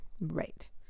right